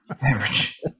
Average